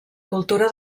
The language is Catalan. cultura